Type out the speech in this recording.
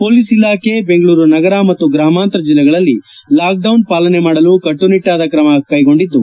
police ಇಲಾಖೆ ಬೆಂಗಳೂರು ನಗರ ಮತ್ತು ಗ್ರಾಮಾಂತರ ಜಿಲ್ಲೆಗಳಲ್ಲಿ ಲಾಕ್ ಡೌನ್ ಪಾಲನೆ ಮಾಡಲು ಕಟ್ಲುನಿಟ್ಲಾದ ಕ್ರಮ ತೆಗೆದುಕೊಂಡಿದ್ದು